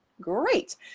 Great